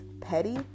petty